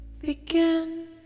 Begin